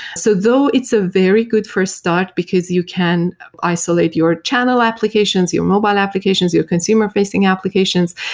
so though it's a very good first start because you can isolate your channel applications, your mobile applications, your consumer-facing applications,